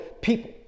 people